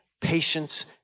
patience